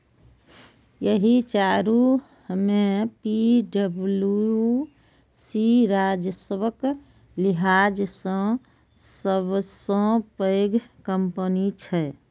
एहि चारू मे पी.डब्ल्यू.सी राजस्वक लिहाज सं सबसं पैघ कंपनी छै